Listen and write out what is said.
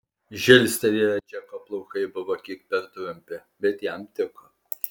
žilstelėję džeko plaukai buvo kiek per trumpi bet jam tiko